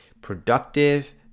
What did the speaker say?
productive